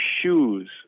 shoes